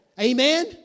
Amen